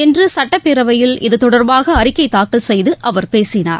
இன்று சுட்டப்பேரவையில் இது தொடர்பாக அறிக்கை தாக்கல் செய்து அவர் பேசினார்